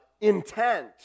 intent